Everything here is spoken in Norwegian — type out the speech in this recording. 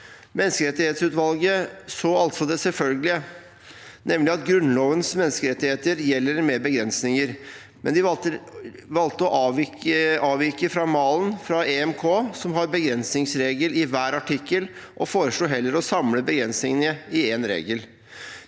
Menneskerettighetsutvalget så altså det selvfølgelige, nemlig at Grunnlovens menneskerettigheter gjelder med begrensninger, men de valgte å avvike fra malen fra EMK, som har en begrensningsregel i hver artikkel, og foreslo heller å samle begrensningene i én regel.